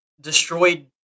destroyed